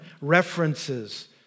references